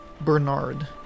Bernard